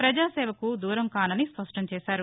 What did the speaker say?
ప్రజా సేవకు దూరం కానని స్పష్ణం చేశారు